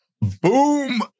Boom